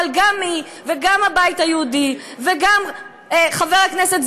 אבל גם היא וגם הבית היהודי וגם חבר הכנסת,